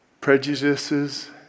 prejudices